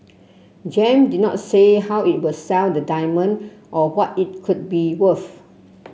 Gem did not say how it will sell the diamond or what it could be worth